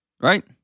right